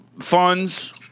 funds